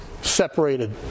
separated